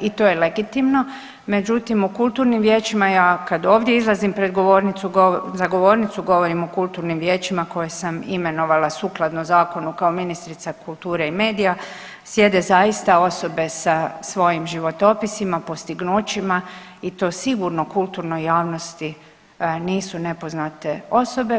i to je legitimno, međutim u kulturnim vijećima ja kad ovdje izlazim pred govornicu, za govornicu govorim o kulturnim vijećima koje sam imenovala sukladno Zakonu kao ministrica kulture i medija, sjede zaista osobe sa svojim životopisima, postignućima i to sigurno kulturnoj javnosti nisu nepoznate osobe.